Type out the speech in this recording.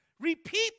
Repeat